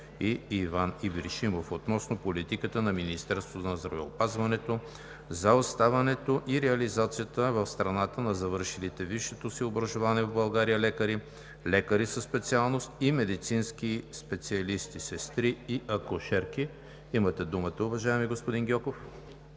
Иван Ибришимов относно политиката на Министерството на здравеопазването за оставането и реализацията в страната на завършилите висшето си образование в България лекари, лекари със специалност и медицински специалисти, сестри и акушерки. Имате думата, уважаеми господин Гьоков.